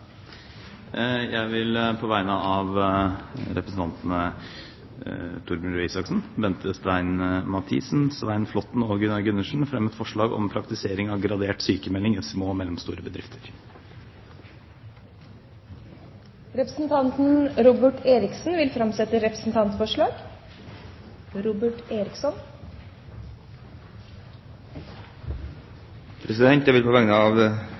Jeg vil på vegne av representantene Torbjørn Røe Isaksen, Bente Stein Mathisen, Svein Flåtten og Gunnar Gundersen fremme et forslag om praktisering av gradert sykmelding i små og mellomstore bedrifter. Representanten Robert Eriksson vil framsette et representantforslag. Jeg vil på vegne av